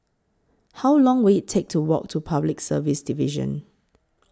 How Long Will IT Take to Walk to Public Service Division